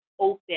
open